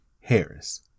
Harris